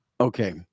Okay